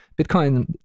bitcoin